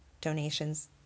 donations